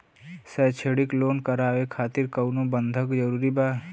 शैक्षणिक लोन करावे खातिर कउनो बंधक जरूरी बा?